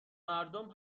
مردم